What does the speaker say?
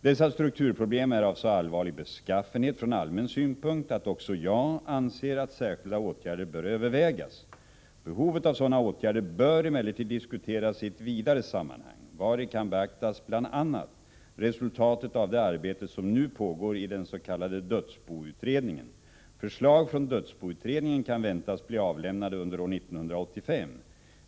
Dessa strukturproblem är av så allvarlig beskaffenhet från allmän synpunkt att också jag anser att särskilda åtgärder bör övervägas. Behovet av sådana åtgärder bör emellertid diskuteras i ett vidare sammanhang, vari kan beaktas bl.a. resultatet av det arbete som nu pågår i den s.k. dödsboutredningen. Förslag från dödsboutredningen kan väntas bli avlämnade under år 1985.